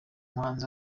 muhanzi